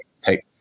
take